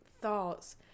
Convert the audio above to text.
thoughts